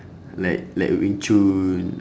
like like wing chun